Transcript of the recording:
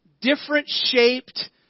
different-shaped